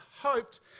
hoped